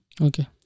Okay